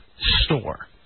store